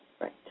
Right